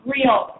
Real